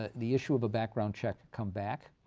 the issue of a background check come back.